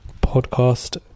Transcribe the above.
podcast